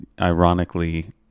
ironically